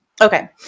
Okay